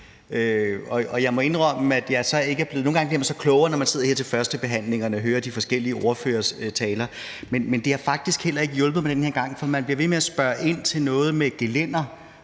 Nogle gange bliver man klogere, når man sidder her til førstebehandlingen og hører de forskellige ordføreres taler, men det har faktisk ikke hjulpet mig den her gang, for man bliver ved med at spørge ind til noget med et gelænder